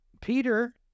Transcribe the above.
Peter